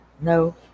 No